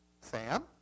Sam